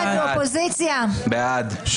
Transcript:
מי נגד?